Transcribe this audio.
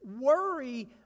worry